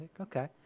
okay